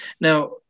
Now